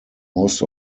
most